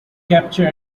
capture